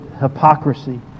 hypocrisy